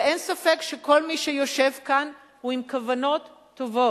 ואין ספק שכל מי שיושב כאן הוא עם כוונות טובות.